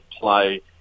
play